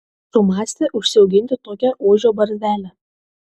sumąstė užsiauginti tokią ožio barzdelę